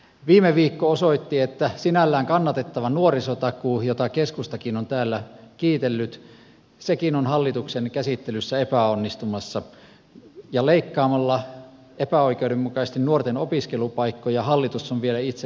viime viikko osoitti että sinällään kannatettava nuorisotakuukin jota keskustakin on täällä kiitellyt on hallituksen käsittelyssä epäonnistumassa ja leikkaamalla epäoikeudenmukaisesti nuorten opiskelupaikkoja hallitus on vielä itse pahentanut tilannetta